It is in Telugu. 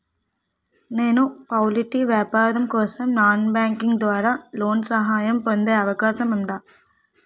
నేను పౌల్ట్రీ వ్యాపారం కోసం నాన్ బ్యాంకింగ్ ద్వారా లోన్ సహాయం పొందే అవకాశం ఉందా?